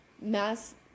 mass